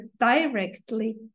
directly